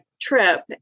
trip